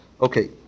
Okay